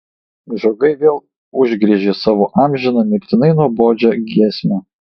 žiogai vėl užgriežė savo amžiną mirtinai nuobodžią giesmę